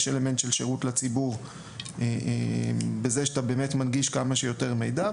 יש אלמנט של שירות לציבור בכך שאתה מנגיש כמה שיותר מידע,